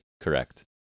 Correct